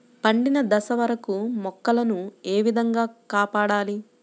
పండిన దశ వరకు మొక్కల ను ఏ విధంగా కాపాడాలి?